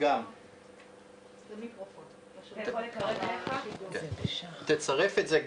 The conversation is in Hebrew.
לגבי הסיפור של איתור מזדמנים והטענה שהדואר לא עובד.